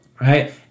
right